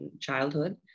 childhood